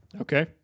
okay